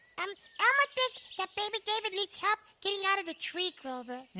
um um ah that baby david needs help getting out of a tree grover.